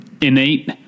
innate